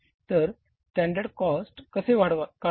तर standard cost कसे काढावे